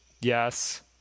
Yes